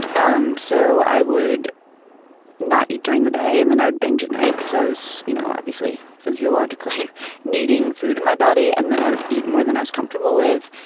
um so i would not eat during the day and then i would binge at night because i was, you know, obviously physiologically needing food in my body, and then i would eat more than i was comfortable with.